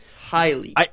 Highly